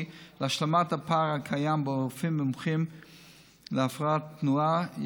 להשלמת הפער הקיים ברופאים מומחים להפרעות תנועה.